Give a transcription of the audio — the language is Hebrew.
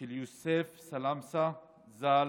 של יוסף סלמסה ז"ל,